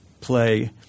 play